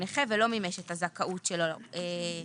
נכה ולא מימש את הזכאות שלו לרכב.